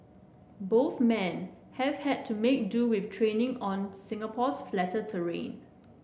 both men have had to make do with training on Singapore's flatter terrain